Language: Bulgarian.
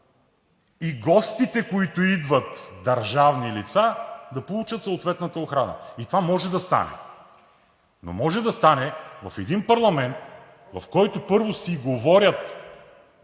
и гостите, които идват – държавни лица, да получат съответната охрана. И това може да стане, но може да стане в един парламент, в който, първо, си говорят